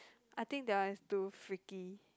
I think that one is too freaky